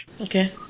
Okay